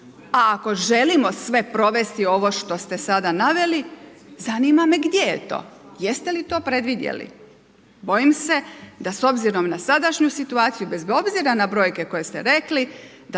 A ako želimo sve provesti ovo što ste sada naveli, zanima me gdje je to, jeste li to predvidjeli. Bojim se da s obzirom na sadašnju situaciju bez obzira na brojke koje ste rekli